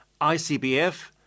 ICBF